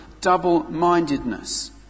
double-mindedness